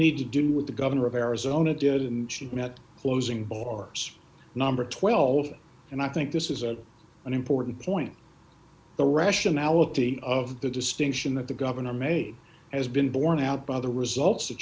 need to do with the governor of arizona did and should not closing or number twelve and i think this is a an important point the rationality of the distinction that the governor made has been borne out by the results